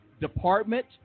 department